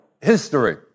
history